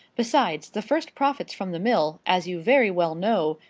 besides, the first profits from the mill, as you very well know,